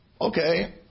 okay